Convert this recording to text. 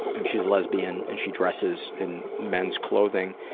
and she's a lesbian, and she dresses in men's clothing,